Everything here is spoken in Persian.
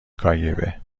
کاگب